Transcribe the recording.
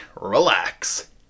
relax